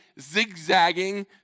zigzagging